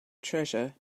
treasure